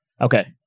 Okay